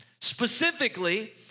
Specifically